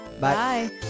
Bye